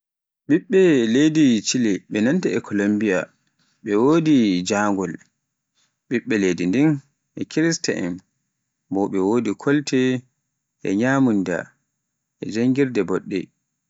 Leydi Chile ɓe nannda e Kolumbiya e wodi njangol, ɓiɓɓe leydi ndin ɓe kirsta en, bo ɓe wodi kolte e nyamunda e janngirde boɗɗe.